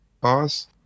Boss